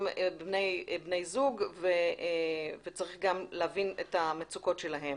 גם בני זוג וצריך גם להבין את המצוקות שלהם.